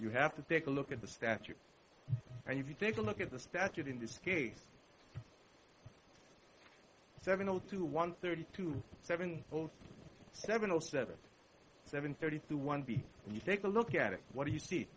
you have to take a look at the statute and if you take a look at the statute in this case seven zero to one thirty two seven seven zero seven seven thirty three one you take a look at it what do you see